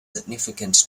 significant